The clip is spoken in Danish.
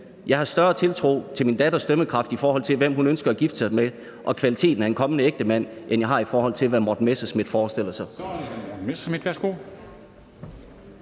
jeg har større tiltro til min datters dømmekraft, i forhold til hvem hun ønsker at gifte sig med og kvaliteten af en kommende ægtemand, end jeg har, i forhold til hvad Morten Messerschmidt forestiller sig.